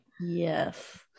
yes